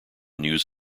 news